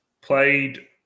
played